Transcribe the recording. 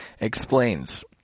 explains